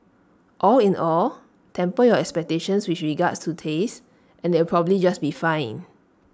all in all temper your expectations with regards to taste and it'll probably just be fine